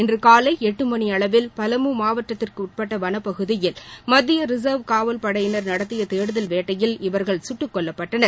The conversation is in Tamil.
இன்று காலை எட்டு மணி அளவில் பலமு மாவட்டத்திற்குட்பட்ட வனப்பகுதில் மத்திய ரிச்வ் காவல்படையினர் நடத்திய தேடுதல் வேட்டையில் இவர்கள் கட்டுக்கொல்லப்ட்டனர்